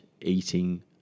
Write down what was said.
eating